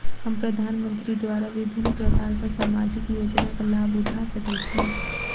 हम प्रधानमंत्री द्वारा विभिन्न प्रकारक सामाजिक योजनाक लाभ उठा सकै छी?